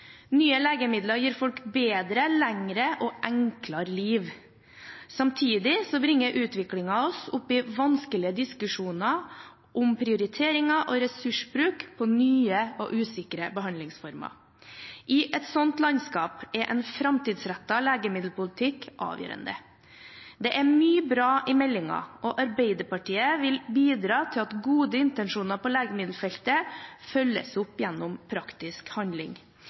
Nye legemidler gir folk et bedre, lengre og enklere liv. Samtidig bringer utviklingen oss opp i vanskelige diskusjoner om prioriteringer og ressursbruk på nye og usikre behandlingsformer. I et slikt landskap er en framtidsrettet legemiddelpolitikk avgjørende. Det er mye bra i meldingen, og Arbeiderpartiet vil bidra til at gode intensjoner på legemiddelfeltet følges opp gjennom praktisk handling.